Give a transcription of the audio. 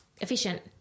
efficient